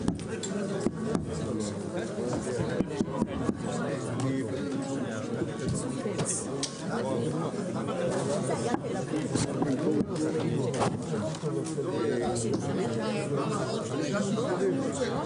10:58.